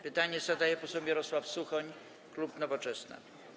Pytanie zadaje poseł Mirosław Suchoń, klub Nowoczesna.